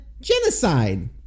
genocide